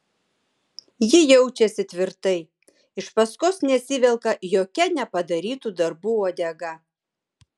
ji jaučiasi tvirtai iš paskos nesivelka jokia nepadarytų darbų uodega